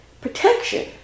protection